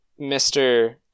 Mr